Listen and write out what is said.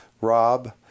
Rob